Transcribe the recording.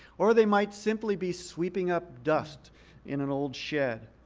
or they might simply be sweeping up dust in an old shed.